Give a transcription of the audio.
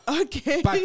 okay